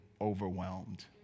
overwhelmed